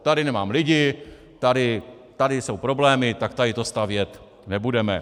Tady nemám lidi, tady jsou problémy, tak tady to stavět nebudeme.